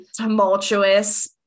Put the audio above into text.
tumultuous